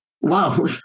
wow